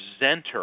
presenter